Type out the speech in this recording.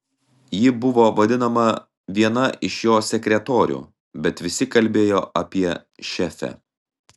ji buvo vadinama viena iš jo sekretorių bet visi kalbėjo apie šefę